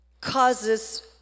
causes